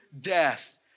death